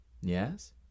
Yes